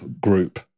group